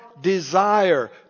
desire